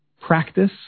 practice